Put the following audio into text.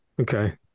Okay